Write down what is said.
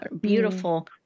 beautiful